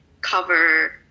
cover